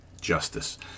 justice